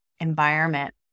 environment